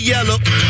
Yellow